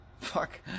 Fuck